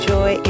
Joy